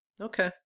okay